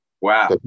Wow